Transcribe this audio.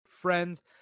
Friends